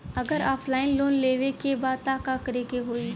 अगर offline loan लेवे के बा त का करे के होयी?